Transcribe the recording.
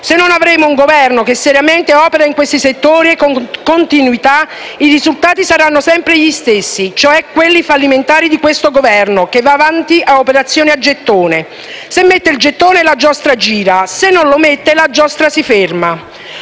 Se non avremo un Governo che opererà seriamente in questi settori e con continuità, i risultati saranno sempre gli stessi, cioè quelli fallimentari di questo Governo, che va avanti con operazioni a gettone: se mette il gettone, la giostra gira; se non lo mette, la giostra si ferma.